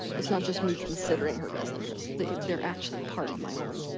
it's not just me considering her best interest. they they are actually part of my own.